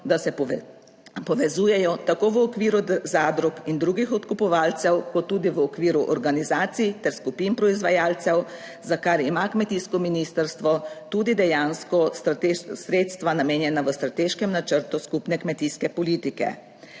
da se povezujejo tako v okviru zadrug in drugih odkupovalcev kot tudi v okviru organizacij ter skupin proizvajalcev, za kar ima kmetijsko ministrstvo tudi dejansko sredstva namenjena v strateškem načrtu skupne kmetijske politike.